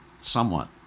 somewhat